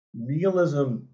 realism